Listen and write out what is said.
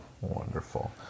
Wonderful